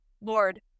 Lord